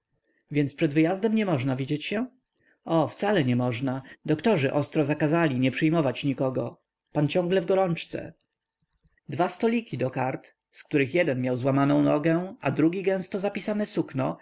więc przed wyjazdem nie można widzieć się o wcale nie można doktorzy ostro zakazali nie przyjmować nikogo pan ciągle w gorączce dwa stoliki do kart z których jeden miał złamaną nogę a drugi gęsto zapisane sukno